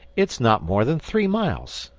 it's not more than three miles.